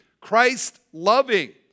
Christ-loving